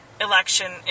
election